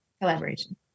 Collaboration